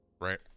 right